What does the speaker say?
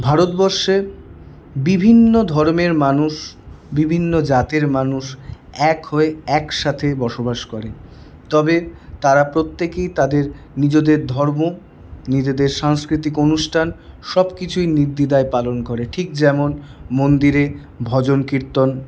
ভারতবর্ষের বিভিন্ন ধর্মের মানুষ বিভিন্ন জাতের মানুষ এক হয়ে একসাথে বসবাস করে তবে তারা প্রত্যেকেই তাদের নিজেদের ধর্ম নিজেদের সাংস্কৃতিক অনুষ্ঠান সবকিছুই নির্দ্বিধায় পালন করে ঠিক যেমন মন্দিরে ভজন কীর্তন